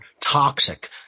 toxic